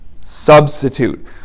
substitute